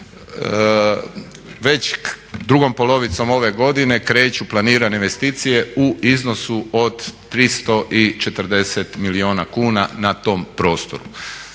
Već drugom polovicom ove godine kreću planirane investicije u iznosu od 340 milijuna kuna na tom prostoru.